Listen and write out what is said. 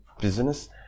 business